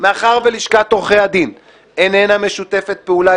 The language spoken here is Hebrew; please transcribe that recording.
מאחר שלשכת עורכי הדין איננה משתפת פעולה